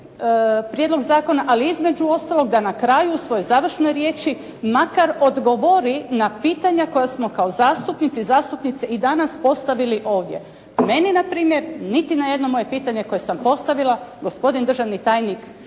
prijedlog zakona, ali između ostalog da na kraju u svojoj završnoj riječi makar odgovori na pitanja koja smo kao zastupnici i zastupnice i danas postavili ovdje. Meni npr. niti na jedno moje pitanje koje sam postavila gospodin državni tajnik